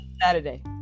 Saturday